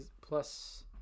plus